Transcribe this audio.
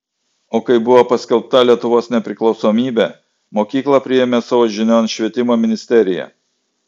o kai buvo paskelbta lietuvos nepriklausomybė mokyklą priėmė savo žinion švietimo ministerija